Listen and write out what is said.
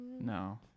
No